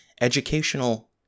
educational